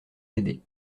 l’aider